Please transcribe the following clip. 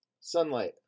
Sunlight